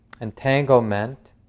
entanglement